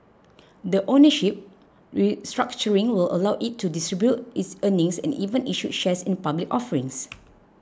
the ownership restructuring will allow it to distribute its earnings and even issue shares in public offerings